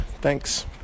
thanks